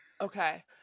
Okay